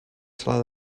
sala